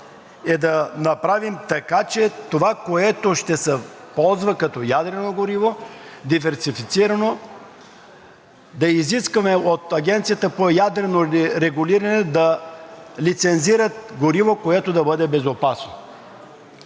е да направим така, че това, което ще се ползва като ядрено гориво, диверсифицирано, да изискаме от Агенцията по ядрено регулиране да лицензират гориво, което да бъде безопасно.